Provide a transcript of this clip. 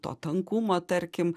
to tankumo tarkim